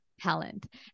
talent